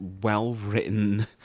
well-written